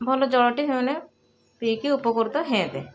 ଭଲ ଜଳ ଟି ସେମାନେ ପିଇକି ଉପକୃତ ହେନ୍ତେ